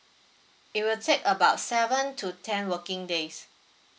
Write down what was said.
it will take about seven to ten working days